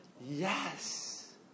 Yes